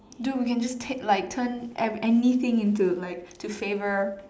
do again just tick like turn every anything into like to favor